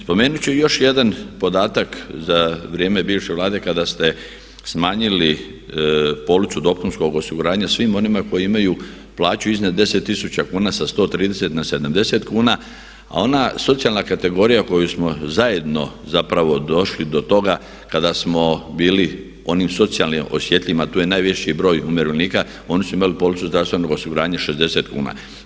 Spomenut ću i još jedan podatak, za vrijeme bivše Vlade kada ste smanjili policu dopunskog osiguranja svim onima koji imaju plaću iznad 10 tisuća kuna sa 130 na 70 kuna, a ona socijalna kategorija koju smo zajedno zapravo došli do toga kada smo bili, oni socijalno osjetljivima, tu je najviši broj umirovljenika oni su imali policu zdravstvenog osiguranja 60 kuna.